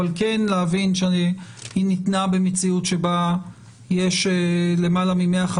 אבל כן להבין שהיא ניתנה במציאות שבה יש למעלה מ-150